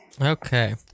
okay